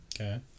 Okay